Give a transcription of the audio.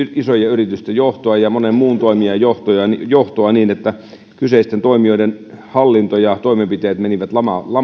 yritysten johtoa ja monen muun toimijan johtoa niin että kyseisten toimijoiden hallinto ja toimenpiteet menivät